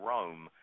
Rome